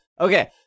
Okay